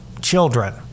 children